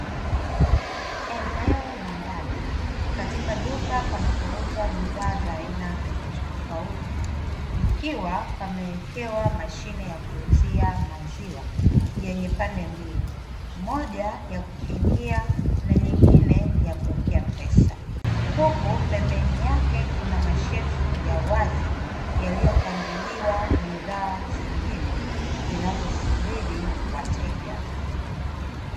Eneo la ndani sehemu panapouzwa bidhaa tofauti tofauti, ikiwa pamewekewa mashine ya kuuzia maziwa yenye pande mbili moja ya kukingia na nyingine ya kuwekea pesa, huku pembeni yake kuna mashelfu ya wazi yaliyopangiliwa bidhaa nyingine zinazosubiri wateja.